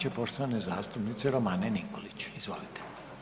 će poštovane zastupnice Romane Nikolić, izvolite.